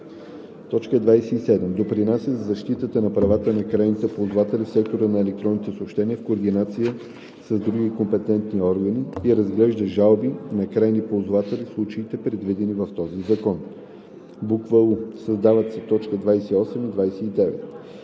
така: „27. допринася за защитата на правата на крайните ползватели в сектора на електронните съобщения в координация с другите компетентни органи и разглежда жалби на крайни ползватели в случаите, предвидени в този закон;“ у) създават се т. 28 и 29: